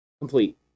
Complete